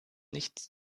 nichts